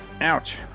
Ouch